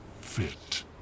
fit